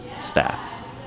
staff